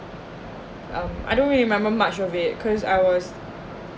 uh um I don't really remember much of it cause I was